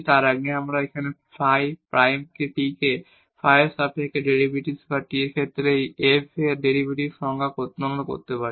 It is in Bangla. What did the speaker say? তার আগে আমরা এই ফাই প্রাইম t কে ফাই এর সাপেক্ষে ডেরিভেটিভ বা t এর ক্ষেত্রে এই f এর ডেরিভেটিভ গণনা করতে পারি